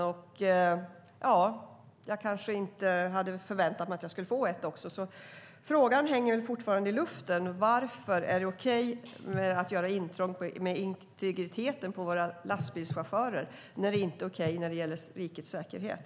Jag hade kanske inte förväntat mig det heller. Frågan hänger fortfarande i luften: Varför är det okej att göra intrång i integriteten när det gäller våra lastbilschaufförer men inte när det gäller rikets säkerhet?